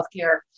healthcare